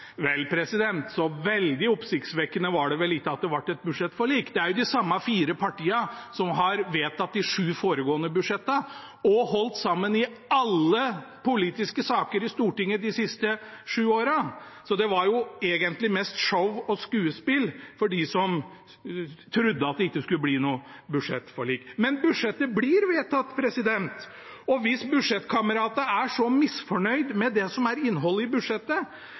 Vel, så veldig oppsiktsvekkende var det vel ikke at det ble et budsjettforlik. Det er jo de samme fire partiene som har vedtatt de sju foregående budsjettene og holdt sammen i alle politiske saker i Stortinget de siste sju årene. Så det var egentlig mest show og skuespill for dem som trodde at det ikke skulle bli noe budsjettforlik. Budsjettet blir vedtatt, og hvis budsjettkameratene er så misfornøyd med innholdet i budsjettet, skulle en vel kanskje tro at det var den vanskelige situasjonen som nå er